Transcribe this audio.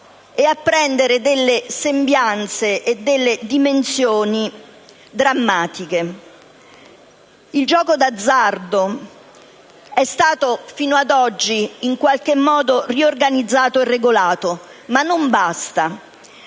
e fino ad assumere sembianze e dimensioni drammatiche. Il gioco d'azzardo è stato, fino ad oggi, in qualche modo riorganizzato e regolato, ma non basta.